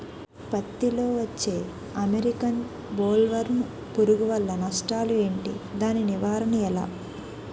పత్తి లో వచ్చే అమెరికన్ బోల్వర్మ్ పురుగు వల్ల నష్టాలు ఏంటి? దాని నివారణ ఎలా?